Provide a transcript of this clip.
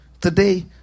today